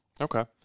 Okay